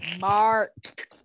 Mark